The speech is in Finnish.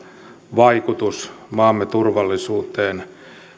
vaikutus maamme turvallisuuteen